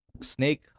Snake